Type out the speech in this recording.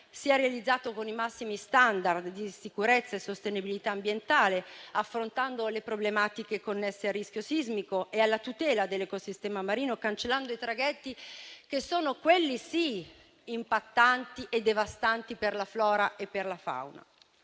sia realizzato con i massimi *standard* di sicurezza e sostenibilità ambientale, affrontando le problematiche connesse al rischio sismico e alla tutela dell'ecosistema marino, cancellando i traghetti, che sono - quelli sì - impattanti e devastanti per la flora e per la fauna.